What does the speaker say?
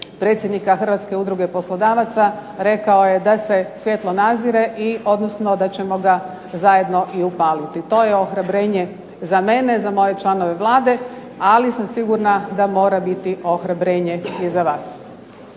predsjednika Hrvatske udruge poslodavaca, rekao je da se svjetlo nazire i da ćemo ga zajedno i upaliti. To je ohrabrenje za mene, za moje članove Vlade, ali sam sigurna da mora biti ohrabrenje i za vas.